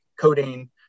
codeine